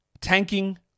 Tanking